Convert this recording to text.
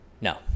No